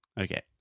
Okay